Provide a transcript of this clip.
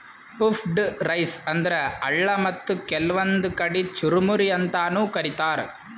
puffed rice ಅಂದ್ರ ಅಳ್ಳ ಮತ್ತ್ ಕೆಲ್ವನ್ದ್ ಕಡಿ ಚುರಮುರಿ ಅಂತಾನೂ ಕರಿತಾರ್